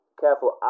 Careful